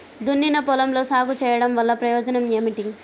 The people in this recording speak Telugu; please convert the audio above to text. దున్నిన పొలంలో సాగు చేయడం వల్ల ప్రయోజనం ఏమిటి?